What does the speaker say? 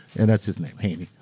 and that's his name, haini.